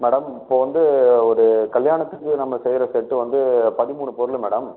madam இப்போது வந்து ஒரு கல்யாணத்துக்கு நம்ம செய்கிற செட் வந்து பதிமூணு பொருள் மேடம்